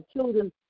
children